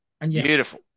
beautiful